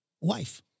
wife